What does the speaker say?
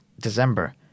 December